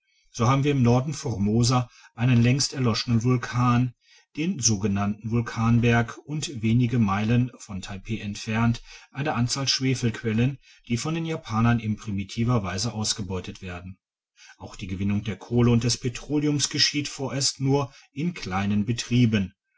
so haben wir in nord formosa einen längst erloschenen vulkan den sogenannten vulkanberg und wenige meilen von taipeh entfernt eine anzahl schwefelquellen die von den japanern in primitiver weise ausgebeutet werden auch die gewinnung der kohle und des petroleums geschieht vorerst nur in kleinen betrieben